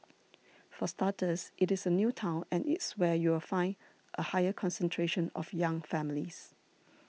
for starters it is a new town and it's where you'll find a higher concentration of young families